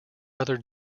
other